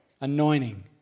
anointing